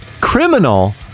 criminal